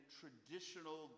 traditional